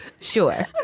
Sure